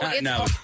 No